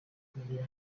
grapple